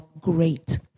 great